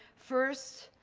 first,